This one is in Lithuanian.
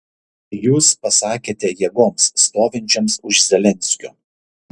jūs pasakėte jėgoms stovinčioms už zelenskio